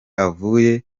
ahuye